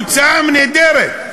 כן, התוצאה נהדרת.